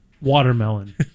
Watermelon